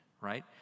right